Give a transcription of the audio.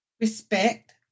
respect